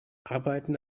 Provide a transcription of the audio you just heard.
arbeiten